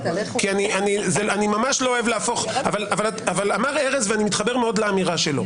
כי אני ממש לא אוהב להפוך אבל אמר ארז ואני מתחבר מאוד לאמירה שלו,